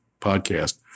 podcast